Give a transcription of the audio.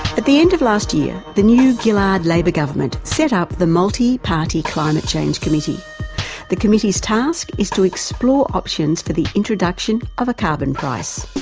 at the end of last year the new gillard labor government set up the multi-party climate change committee the committee's task is to explore options for the introduction of a carbon price.